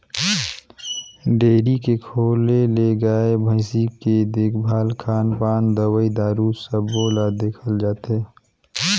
dairy के खोले ले गाय, भइसी के देखभाल, खान पान, दवई दारू सबो ल देखल जाथे